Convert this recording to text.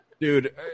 Dude